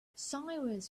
sirens